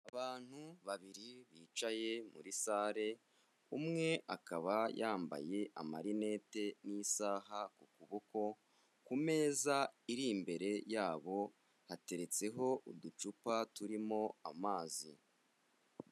Abantu babiri bicaye muri sale, umwe akaba yambaye amarinete n'isaha ku kuboko, ku meza iri imbere yabo hateretseho uducupa turimo amazi.